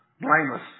blameless